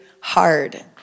hard